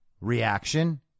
reaction